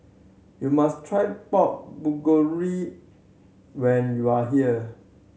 you must try Pork when you are here